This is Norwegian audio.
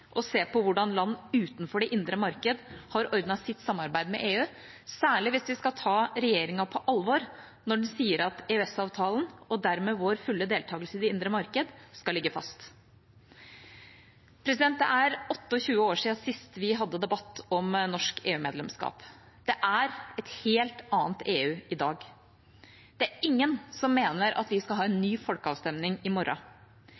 se på hvordan land utenfor det indre marked har ordnet sitt samarbeid med EU, særlig hvis vi skal ta regjeringa på alvor når den sier at EØS-avtalen, og dermed vår fulle deltakelse i det indre marked, skal ligge fast. Det er 28 år siden sist vi hadde debatt om norsk EU-medlemskap. Det er et helt annet EU i dag. Det er ingen som mener at vi skal ha en ny folkeavstemning i morgen.